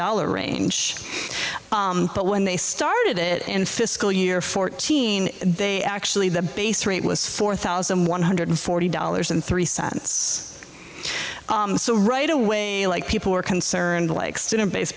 dollars range but when they started it in fiscal year fourteen they actually the base rate was four thousand one hundred forty dollars and three cents so right away like people were concerned like student base